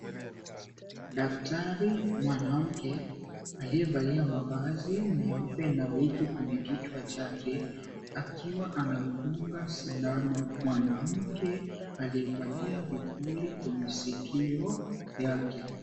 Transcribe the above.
Daktari mwanamke aliyevalia mavazi meupe na wigi kwenye kichwa chake, akiwa anamdunga sindano mwanamke aliyevalia vipuli kwenye sikio yake.